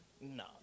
No